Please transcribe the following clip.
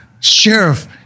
Sheriff